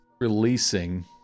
Releasing